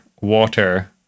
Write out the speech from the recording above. water